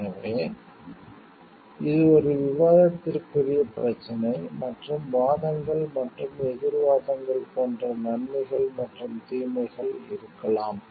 எனவே இது ஒரு விவாதத்திற்குரிய பிரச்சினை மற்றும் வாதங்கள் மற்றும் எதிர் வாதங்கள் போன்ற நன்மைகள் மற்றும் தீமைகள் இருக்கலாம்